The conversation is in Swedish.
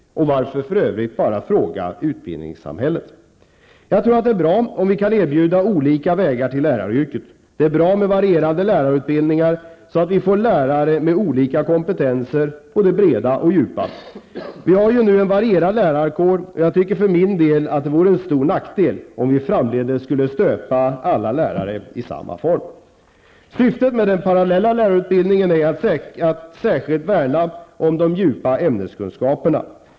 Och varför för övrigt bara fråga utbildningssamhället? Jag tror att det är bra om vi kan erbjuda olika vägar till läraryrket. Det är bra med varierande lärarutbildningar, så att vi får lärare med olika kompetenser -- både breda och djupa. Vi har ju nu en varierad lärarkår, och jag tycker för min del att det vore en stor nackdel om vi framdeles skulle stöpa alla lärare i samma form. Syftet med den parallella lärarutbildningen är att särskilt värna om de djupa ämneskunskaperna.